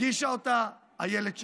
הגישה אותה אילת שקד,